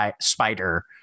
spider